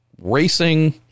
racing